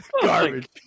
Garbage